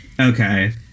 Okay